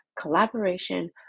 collaboration